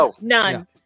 None